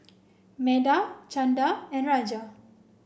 Medha Chanda and Raja